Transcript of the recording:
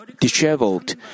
disheveled